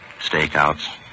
Stakeouts